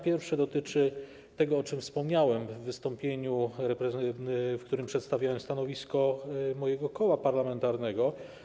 Pierwsze dotyczy tego, o czym wspomniałem w wystąpieniu, w którym przedstawiłem stanowisko mojego koła parlamentarnego.